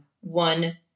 one